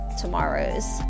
tomorrow's